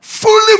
Fully